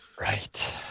Right